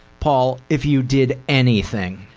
paul, if you did anything.